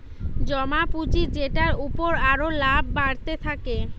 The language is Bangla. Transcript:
জমা পুঁজি যেটার উপর আরো লাভ বাড়তে থাকে